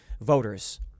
voters